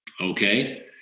Okay